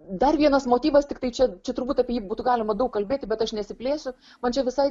dar vienas motyvas tiktai čia čia turbūt apie jį būtų galima daug kalbėti bet aš nesiplėsiu man čia visai